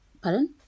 Pardon